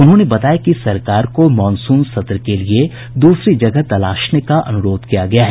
उन्होंने बताया कि सरकार को मॉनसून सत्र के लिए दूसरी जगह तलाशने का अनुरोध किया गया है